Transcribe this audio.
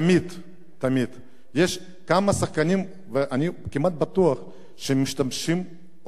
יש כמה שחקנים שאני כמעט בטוח שמשתמשים בנו,